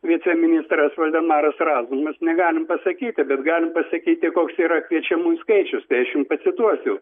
viceministras valdemaras razumas negalim pasakyti bet galim pasakyti koks yra kviečiamųjų skaičius tai aš jum pacituosiu